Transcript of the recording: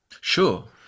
Sure